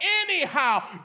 anyhow